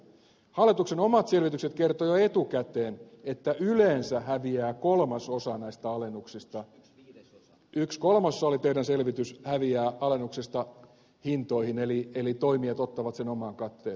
hallituksen omat selvitykset kertoivat jo etukäteen että yleensä häviää kolmasosa näistä alennuksista yksi kolmasosa oli teidän selvitys häviää alennuksista hintoihin eli toimijat ottavat sen omaan katteeseensa